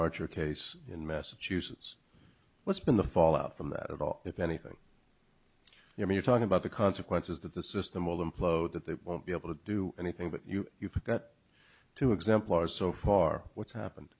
archer case in massachusetts what's been the fallout from that at all if anything you know you talk about the consequences that the system will implode that they won't be able to do anything but you you've got two exemplars so far what's happened